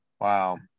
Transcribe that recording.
Wow